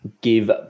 Give